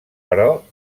però